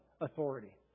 authority